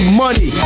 Money